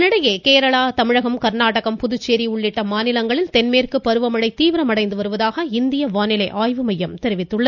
இதனிடையே கேரளா தமிழகம் கர்நாடகம் புதுச்சேரி உள்ளிட்ட மாநிலங்களில் தென்மேற்கு பருவமழை தீவிரமடைந்து வருவதாக இந்திய வானிலை ஆய்வு மையம் தெரிவித்துள்ளது